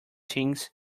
thinged